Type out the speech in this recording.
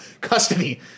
Custody –